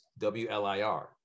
WLIR